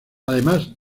además